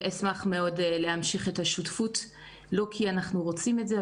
אשמח מאוד להמשיך את השותפות לא כי אנחנו רוצים את זה,